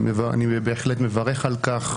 אני בהחלט מברך על כך.